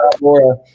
Laura